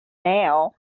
now